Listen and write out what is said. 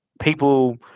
people